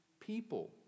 people